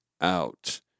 out